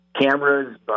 cameras